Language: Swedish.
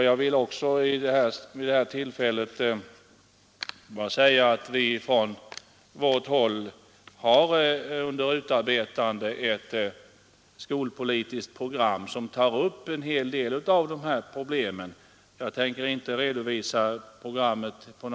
Jag vill också vid detta tillfälle redovisa att vi inom centern har under utarbetande ett skolpolitiskt program, vari tas upp en hel del av de problem som ligger till grund för interpellationen.